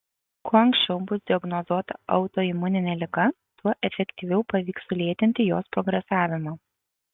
kuo anksčiau bus diagnozuota autoimuninė liga tuo efektyviau pavyks sulėtinti jos progresavimą